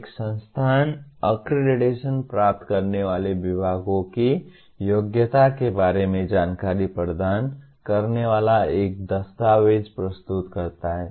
एक संस्थान अक्रेडिटेशन प्राप्त करने वाले विभागों की योग्यता के बारे में जानकारी प्रदान करने वाला एक दस्तावेज प्रस्तुत करता है